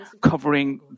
covering